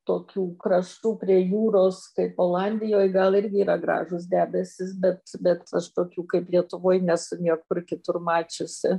tokių kraštų prie jūros kaip olandijoj gal irgi yra gražūs debesys bet bet tokių kaip lietuvoj nesu niekur kitur mačiusi